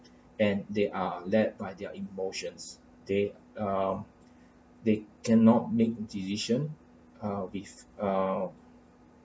and they are led by their emotions they um they cannot make decision uh or with uh